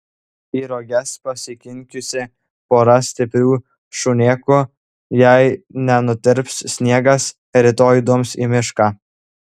į roges pasikinkiusi porą stiprių šunėkų jei nenutirps sniegas rytoj dums į mišką